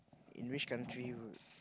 in which country would